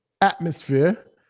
atmosphere